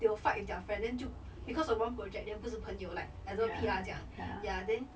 they will fight with their friend then 就 because of one project then 不是朋友 like as though P_R 这讲 ya then